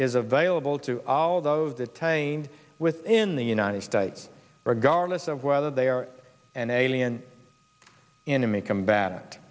is available to all those detained within the united states regardless of whether they are an alien enemy combatant